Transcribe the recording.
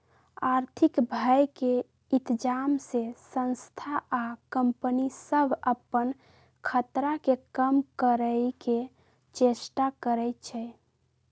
आर्थिक भय के इतजाम से संस्था आ कंपनि सभ अप्पन खतरा के कम करए के चेष्टा करै छै